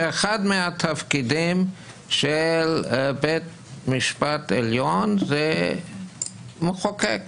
שאחד מהתפקידים של בית משפט עליון זה מחוקק.